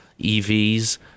EVs